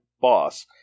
boss